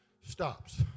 stops